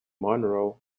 monroe